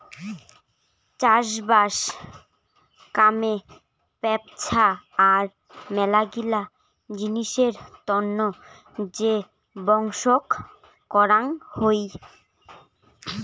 চাষবাস কামে ব্যপছা আর মেলাগিলা জিনিসের তন্ন যে বংশক করাং হই